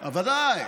ודאי.